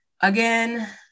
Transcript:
Again